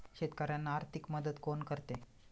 शेतकऱ्यांना आर्थिक मदत कोण करते?